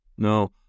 No